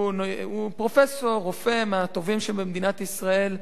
הוא פרופסור, רופא, מהטובים שבמדינת ישראל,